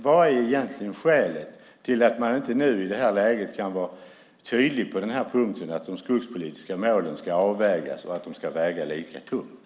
Vilket är egentligen skälet till att man nu i det här läget inte kan vara tydlig på den här punkten, att de skogspolitiska målen ska avvägas och att de ska väga lika tungt?